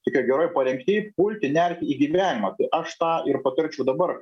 tokioj geroj parengty pulti nerti į gyvenimą kai aš tą ir patarčiau dabar